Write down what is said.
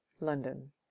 London